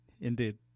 Indeed